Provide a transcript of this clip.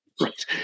right